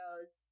goes